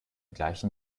gleichen